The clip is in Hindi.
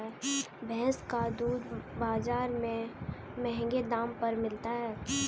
भैंस का दूध बाजार में महँगे दाम पर मिलता है